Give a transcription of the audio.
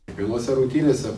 pirmose rungtynėse